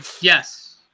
Yes